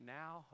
now